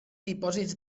dipòsits